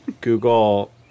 Google